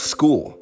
School